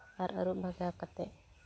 ᱟᱨ ᱟᱹᱨᱩᱵ ᱵᱷᱟᱜᱟᱣ ᱠᱟᱛᱮ